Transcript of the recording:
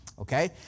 Okay